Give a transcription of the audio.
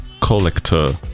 collector